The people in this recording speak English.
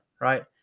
right